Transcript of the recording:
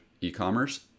e-commerce